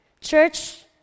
Church